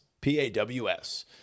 P-A-W-S